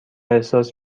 احساس